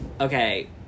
Okay